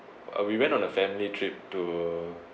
uh we went on a family trip to